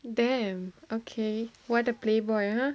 damn okay what a playboy !huh!